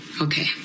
okay